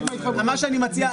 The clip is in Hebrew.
מה שאני מציע,